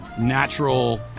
natural